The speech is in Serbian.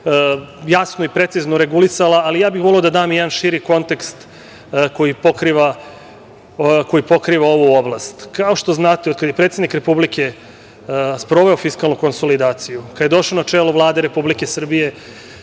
jasno i precizno regulisala, ali ja bih voleo da dam jedan širi kontekst koji pokriva ovu oblast. Kao što znate, otkad je predsednik Republike sproveo fiskalnu konsolidaciju, kad je došao na čelo Vlade Republike Srbije